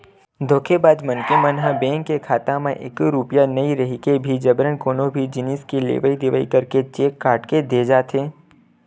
धोखेबाज मनखे मन ह बेंक के खाता म एको रूपिया नइ रहिके भी जबरन कोनो भी जिनिस के लेवई देवई करके चेक काट के दे जाथे